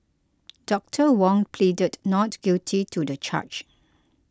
Doctor Wong pleaded not guilty to the charge